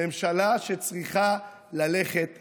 ממשלה שצריכה ללכת הביתה.